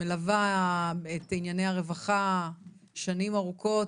את מלווה בענייני הרווחה שנים ארוכות,